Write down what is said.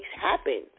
happen